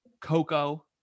coco